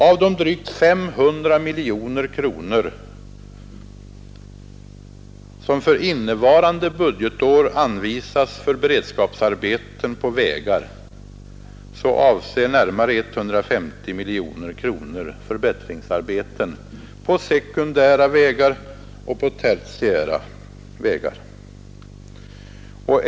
Av de drygt 500 miljoner kronor som för innevarande budgetår anvisats till beredskapsarbeten på vägar avser närmare 150 miljoner kronor förbättringsarbeten på sekundära och tertiära vägar.